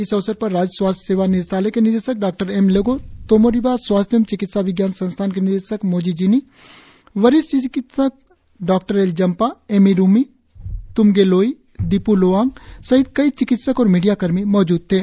इस अवसर पर राज्य स्वास्थ्य सेवा निदेशालय के निदेशक डॉ एम लेगो तोमो रिबा स्वास्थ्य एवं चिकित्सा विज्ञान संस्थान के निदेशक मोजी जिनी वरिष्ठ चिकित्सक डॉ एल जम्पा एमी रुमी त्म्गे लोई दिप् लोवांग सहित कई चिकित्सक और मीडिया कर्मी मौजूद थे